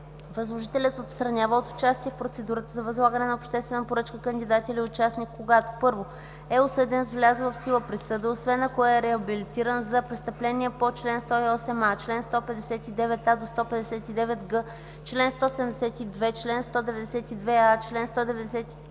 Възложителят отстранява от участие в процедура за възлагане на обществена поръчка кандидат или участник, когато: 1. е осъден с влязла в сила присъда, освен ако е реабилитиран, за престъпление по чл. 108а, чл. 159а – 159г, чл. 172, чл. 192а, чл.